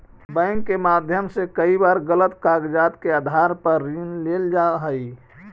bank के माध्यम से कई बार गलत कागजात के आधार पर ऋण लेल जा हइ